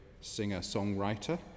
singer-songwriter